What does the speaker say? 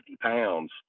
pounds